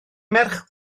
merch